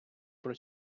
про